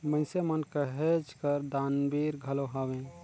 मइनसे मन कहेच कर दानबीर घलो हवें